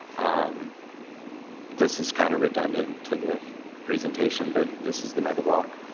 um this is kind of redundant to the presentation, but this is the mega block.